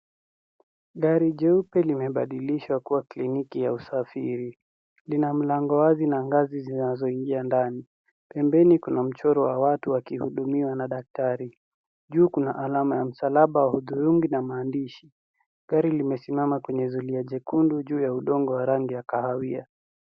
Gari jeupe limebadilishwa kuwa kliniki ya usafiri. Lina mlango wazi na ngazi zinazoingia ndani. Pembeni kuna mchoro wa watu wakihudumiwa na daktari. Juu kuna alama ya msalaba hudhurungi na maandishi. Gari limesimama kwenye zulia jekundu juu ya udongo wa rangi ya kahawia.